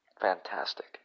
fantastic